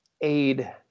aid